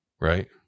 right